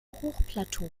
hochplateau